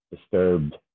disturbed